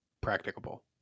Practicable